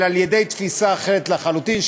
אלא על-ידי תפיסה אחרת לחלוטין,